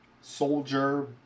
soldier